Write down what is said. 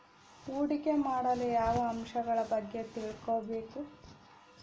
ಹೂಡಿಕೆ ಮಾಡಲು ಯಾವ ಅಂಶಗಳ ಬಗ್ಗೆ ತಿಳ್ಕೊಬೇಕು?